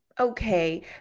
Okay